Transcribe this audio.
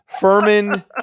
Furman